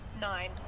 Nine